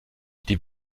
die